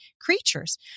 creatures